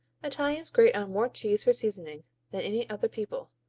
italians grate on more cheese for seasoning than any other people,